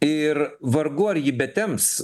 ir vargu ar ji betemps